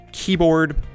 Keyboard